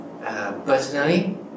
personally